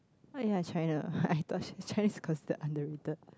what you are trying to I thought Chi~ Chinese cause they underrated